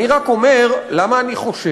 אני רק אומר, למה אני חושש?